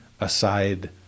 aside